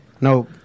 No